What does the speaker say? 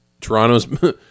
Toronto's